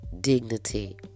dignity